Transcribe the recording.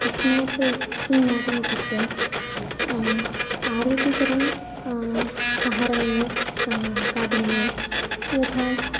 तस्मात् किं ज्ञातमित्युक्ते आरोग्यकरम् आहारमेव खादनीयं यथा